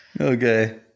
Okay